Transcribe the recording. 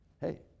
Hey